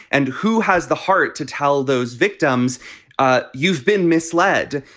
and who has the heart to tell those victims ah you've been misled?